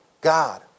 God